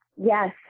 Yes